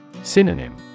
Synonym